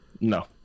no